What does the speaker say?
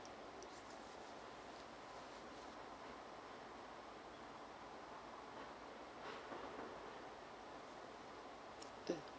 mm